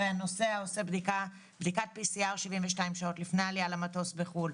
הרי הנוסע עושה בדיקת PCR 72 שעות לפני העלייה למטוס בחו"ל,